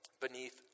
beneath